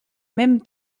même